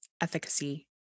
efficacy